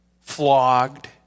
flogged